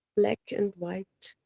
black and white,